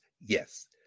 Yes